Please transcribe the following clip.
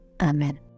Amen